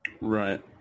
Right